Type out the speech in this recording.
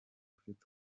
afite